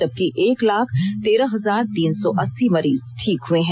जबकि एक लाख तेरह हजार तीन सौ अस्सी मरीज ठीक हुए हैं